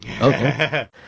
Okay